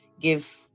give